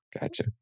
Gotcha